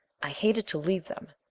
i hated to leave them.